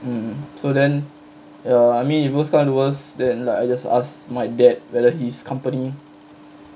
mm so then ya I mean if worse come to worse then like I just ask my dad whether his company